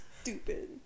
Stupid